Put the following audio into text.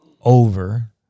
over